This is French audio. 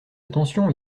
attention